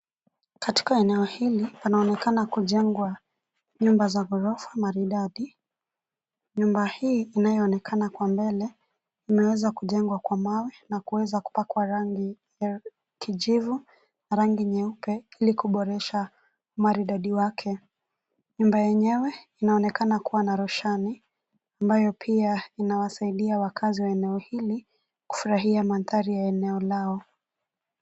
Katika eneo hili panaonekana kujengwa, nyumba za ghorofa maridadi, nyumba hii inayoonekana kwa mbele, imeweza kujengwa kwa mawe na kuweza kupakwa rangi, ya, kijivu, na rangi nyeupe ilikuboresha, maridadi wake, nyumba yenyewe, inaonekana kuwa na roshani, ambayo pia inawasaidia wakaazi wa eneo hili, kufurahia mandhari ya eneo lao.